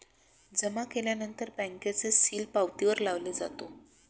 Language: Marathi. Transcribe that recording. जमा केल्यानंतर बँकेचे सील पावतीवर लावले जातो